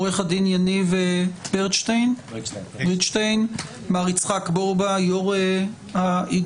עורך הדין יניב בריטשטיין; מר יצחק בורבא יו"ר האיגוד,